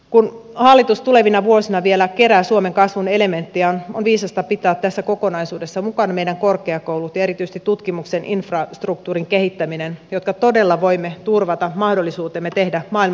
kun hallitus tulevina vuosina vielä kerää suomen kasvun elementtejä on viisasta pitää tässä kokonaisuudessa mukana meidän korkeakoulumme ja erityisesti tutkimuksen infrastruktuurin kehittäminen jotta todella voimme turvata mahdollisuutemme tehdä maailmanluokan tutkimusta